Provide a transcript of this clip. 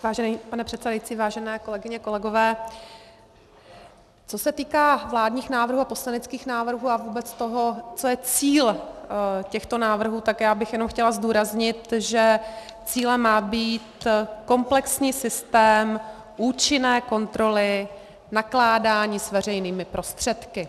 Vážený pane předsedající, vážené kolegyně, kolegové, co se týká vládních návrhů, poslaneckých návrhů a vůbec toho, co je cílem těchto návrhů, tak bych jenom chtěla zdůraznit, že cílem má být komplexní systém účinné kontroly nakládání s veřejnými prostředky.